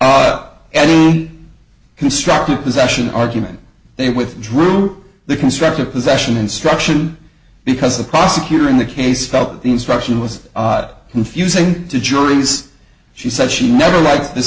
waived any constructive possession argument they withdrew the constructive possession instruction because the prosecutor in the case felt the instruction was confusing to juries she said she never liked this